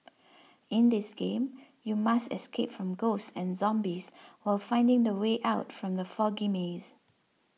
in this game you must escape from ghosts and zombies while finding the way out from the foggy maze